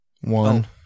One